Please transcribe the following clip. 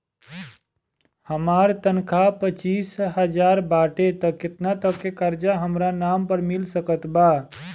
हमार तनख़ाह पच्चिस हज़ार बाटे त केतना तक के कर्जा हमरा नाम पर मिल सकत बा?